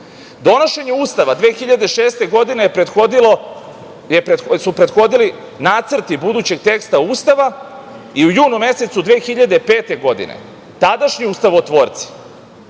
godine. Donošenju Ustava 2006. godine su prethodili nacrti budućeg teksta Ustava i u junu mesecu 2005. godine, tadašnji ustavotvorci,